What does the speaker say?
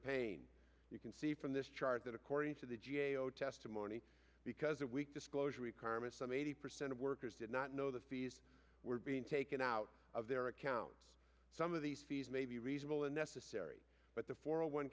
pain you can see from this chart that according to the g a o testimony because of weak disclosure requirements some eighty percent of workers did not know the fees were being taken out of their accounts some of these fees may be reasonable and necessary but the four